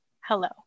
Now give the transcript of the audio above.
Hello